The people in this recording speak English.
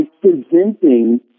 presenting